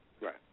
Right